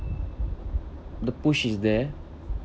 the push is there